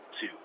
two